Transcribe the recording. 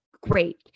great